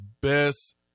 best